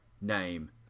name